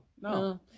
no